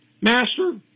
Master